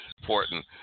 important